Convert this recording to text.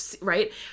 right